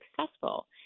successful